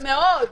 מאוד.